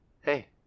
Hey